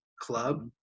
club